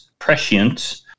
prescient